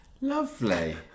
Lovely